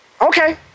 okay